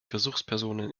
versuchspersonen